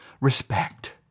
respect